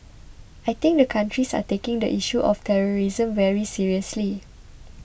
I think the countries are taking the issue of terrorism very seriously